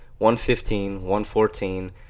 115-114